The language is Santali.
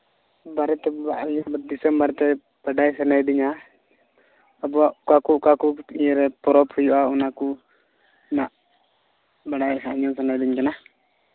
ᱵᱟᱨᱮᱛᱮ ᱫᱤᱥᱚᱢ ᱵᱟᱨᱮ ᱛᱮ ᱵᱟᱰᱟᱭ ᱥᱟᱱᱟᱭᱮᱫᱤᱧᱟ ᱟᱵᱚᱣᱟᱜ ᱚᱠᱟ ᱠᱚ ᱚᱠᱟ ᱠᱚ ᱤᱭᱟᱹ ᱨᱮ ᱯᱚᱨᱚᱵᱽ ᱦᱩᱭᱩᱜᱼᱟ ᱚᱱᱟ ᱠᱚ ᱱᱟᱜ ᱵᱟᱰᱟᱭ ᱠᱟᱛᱮᱫ ᱧᱮᱞ ᱥᱟᱱᱟᱭᱮᱫᱤᱧ ᱠᱟᱱᱟ